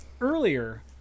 earlier